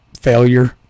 Failure